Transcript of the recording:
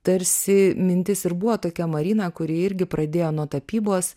tarsi mintis ir buvo tokia marina kuri irgi pradėjo nuo tapybos